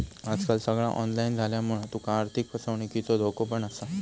आजकाल सगळा ऑनलाईन झाल्यामुळा तुका आर्थिक फसवणुकीचो धोको पण असा